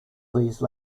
these